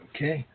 Okay